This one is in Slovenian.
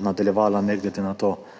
nadaljevala ne glede na to,